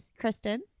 Kristen